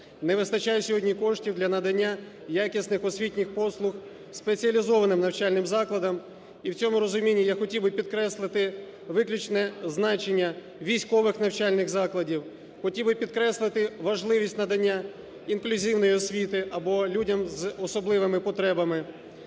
Не вистачає сьогодні коштів для надання якісних освітніх послуг спеціалізованим навчальним закладам. І в цьому розумінні я хотів би підкреслити виключення значення військових навчальних закладів, хотів би підкреслити важливість надання інклюзивної освіти або людям з особливими потребами.